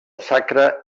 sacre